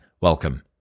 welcome